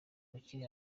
rukiri